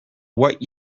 what